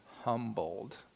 humbled